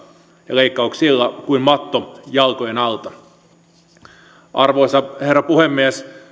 leikkauksilla kuin matto jalkojen alta arvoisa herra puhemies